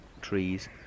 trees